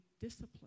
discipline